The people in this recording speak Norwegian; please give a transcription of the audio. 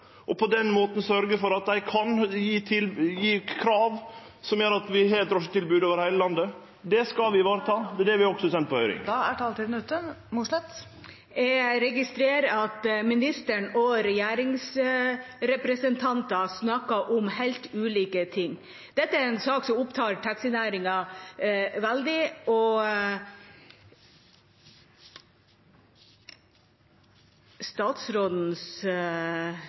og på den måten sørgje for at dei kan gje krav som gjer at vi har eit drosjetilbod over heile landet. Det skal vi vareta, og det har vi også sendt på høyring. Siv Mossleth – til oppfølgingsspørsmål. Jeg registrerer at ministeren og regjeringsrepresentanter snakker om helt ulike ting. Dette er en sak som opptar taxinæringen veldig, og statsrådens